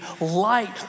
light